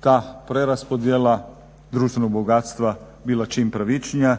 ta preraspodjela društvenog bogatstva bila čim pravičnija